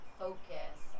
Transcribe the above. focus